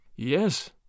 Yes